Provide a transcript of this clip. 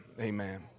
Amen